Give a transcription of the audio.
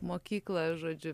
mokyklą žodžiu